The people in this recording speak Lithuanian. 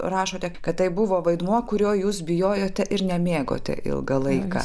rašote kad tai buvo vaidmuo kurio jūs bijojote ir nemėgote ilgą laiką